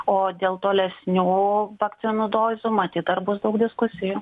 o dėl tolesnių vakcinų dozių matyt dar bus daug diskusijų